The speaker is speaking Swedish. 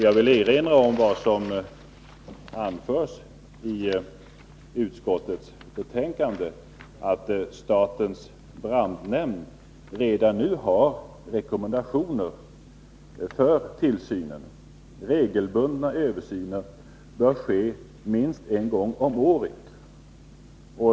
Jag vill erinra om vad som anförs i utskottets betänkande, att statens brandnämnd redan nu har rekommendationer för tillsynen. Regelbundna översyner bör ske minst en gång om året.